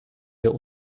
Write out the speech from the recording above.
wir